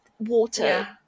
water